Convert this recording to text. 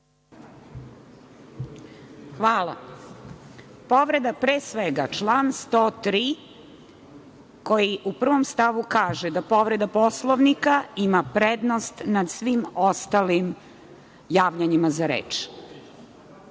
Hvala. Povreda, pre svega član 103. koji u 1. stavu kaže da povreda Poslovnika ima prednost nad svim ostalim javljanjima za reč.